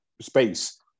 space